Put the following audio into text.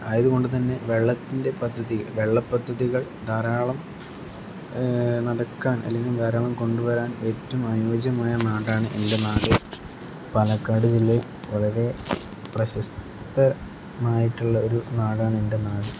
ആയതുകൊണ്ട് തന്നെ വെള്ളത്തിൻ്റെ പദ്ധതി വെള്ള പദ്ധതികൾ ധാരാളം നടക്കാൻ അല്ലെങ്കിൽ ധാരാളം കൊണ്ടുവരാൻ ഏറ്റവും അനുയോജ്യമായ നാടാണ് എൻ്റെ നാട് പാലക്കാട് ജില്ലയിൽ വളരെ പ്രശസ്തമായിട്ടുള്ള ഒരു നാടാണ് എൻ്റെ നാട്